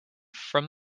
from